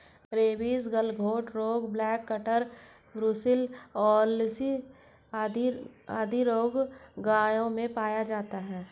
rabies, गलघोंटू रोग, black quarter, brucellosis आदि रोग गायों में पाया जाता है